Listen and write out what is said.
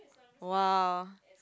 !wow!